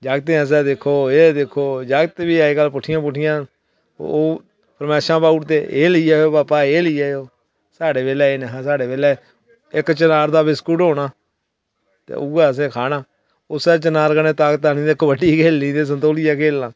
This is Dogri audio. जागतें असें दिक्खो एह् दिक्खो ते जागत बी अजकल पुट्ठियां पुट्ठियां फरमैशां पाई ओडदे एह् लेई आएओ एहे लेई आएओ ते साढ़े बेल्लै एह् निंहा साढे़ बेल्लै इक चार दा बिस्कुट होना ते उ'ऐ असें खाना ते ओह्दे कन्नै गै कबड्डी खेढनी संतोलियां खेढना ते ताकत ओनी